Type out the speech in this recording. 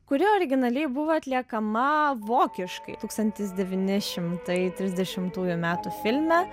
kuri originaliai buvo atliekama vokiškai tūkstantis devyni šimtai trisdešimtųjų metų filme